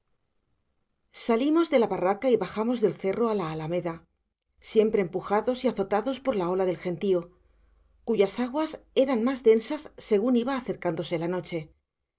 salimos de la barraca y bajamos del cerro a la alameda siempre empujados y azotados por la ola del gentío cuyas aguas eran más densas según iba acercándose la noche